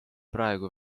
praegu